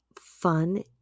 fun